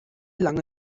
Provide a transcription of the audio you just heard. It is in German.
lange